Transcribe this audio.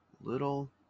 little